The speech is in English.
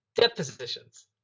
Depositions